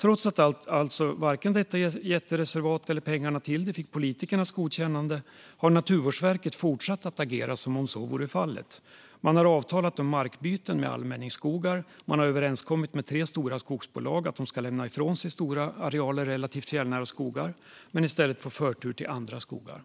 Trots att alltså varken detta jättereservat eller pengarna till det fick politikernas godkännande har Naturvårdsverket fortsatt att agera som om så vore fallet. Man har avtalat om markbyten med allmänningsskogar, och man har kommit överens med tre stora skogsbolag om att de ska lämna ifrån sig stora arealer relativt fjällnära skogar men i stället få förtur till andra skogar.